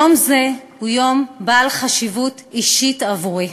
יום זה הוא יום בעל חשיבות אישית עבורי.